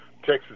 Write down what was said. Texas